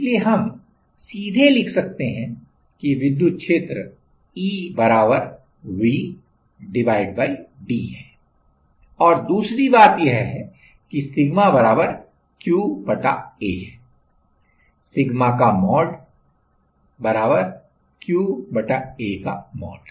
इसलिए हम सीधे लिख सकते हैं कि विद्युत क्षेत्र E V d है और दूसरी बात यह है कि सिग्मा Q A है सिग्मा का मोड Q A का मोड